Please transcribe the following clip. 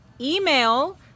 email